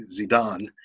Zidane